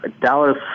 Dallas